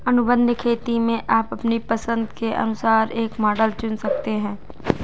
अनुबंध खेती में आप अपनी पसंद के अनुसार एक मॉडल चुन सकते हैं